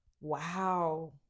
Wow